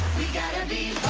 we gotta be